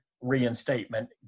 reinstatement